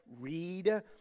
read